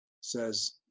says